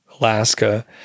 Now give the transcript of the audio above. Alaska